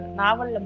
novel